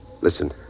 Listen